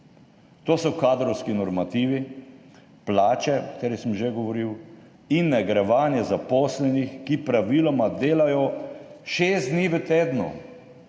To so kadrovski normativi, plače, o katerih sem že govoril, in nagrajevanje zaposlenih, ki praviloma delajo šest dni v tednu,